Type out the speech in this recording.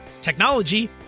technology